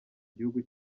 gihugu